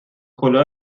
کلاه